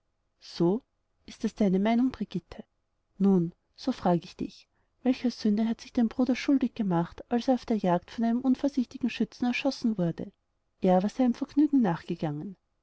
so ist das deine meinung brigitte nun so frage ich dich welcher sünden hat sich dein bruder schuldig gemacht als er auf der jagd von einem unvorsichtigen schützen erschossen wurde er war seinem vergnügen nachgegangen